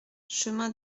chemin